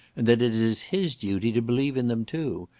and that it is his duty to believe in them too,